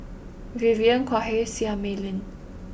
Vivien Quahe Seah Mei Lin